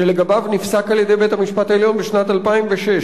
שלגביו נפסק על-ידי בית-המשפט העליון בשנת 2006,